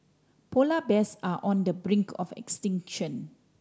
polar bears are on the brink of extinction